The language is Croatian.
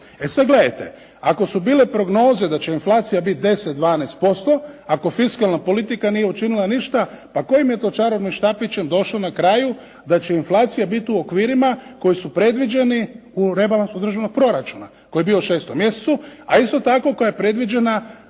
E sad gledajte ako su bile prognoze da će inflacija biti 10, 12%. Ako fiskalna politika nije učinila ništa pa kojim je to čarobnim štapićem došlo na kraju da će inflacija biti u okvirima koji su predviđeni u rebalansu državnog proračuna koji je bio u 6. mjesecu, a isto tako koja je predviđena